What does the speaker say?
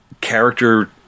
character